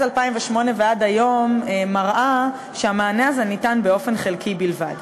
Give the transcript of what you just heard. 2008 ועד היום מראה שהמענה הזה ניתן באופן חלקי בלבד.